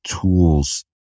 tools